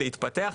להתפתח,